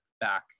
back